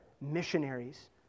missionaries